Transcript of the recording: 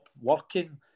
working